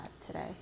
today